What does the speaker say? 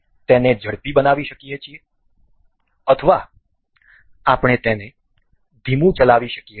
આપણે તેને ઝડપી બનાવી શકીએ છીએ અથવા આપણે તેને ધીમું ચલાવી શકીએ છીએ